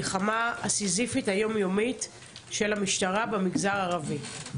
המלחמה הסיזיפית היום-יומית של המשטרה במגזר הערבי.